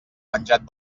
penjat